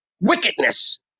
Wickedness